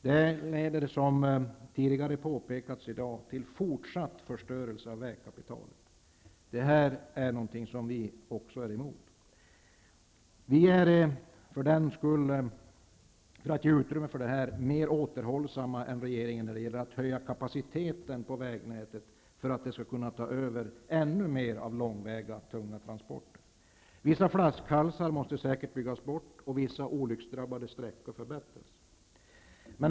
Detta leder, som påpekats tidigare i dag, till fortsatt förstörelse av vägkapitalet. Det är vi emot. Däremot är vi mer återhållsamma än regeringen att höja kapaciteten på vägnätet, för att det skall kunna ta över mer långväga tunga transporter. Vissa flaskhalsar måste säkert byggas bort, och vissa olycksdrabbade sträckor måste förbättras.